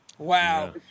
Wow